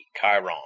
Chiron